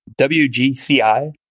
WGCI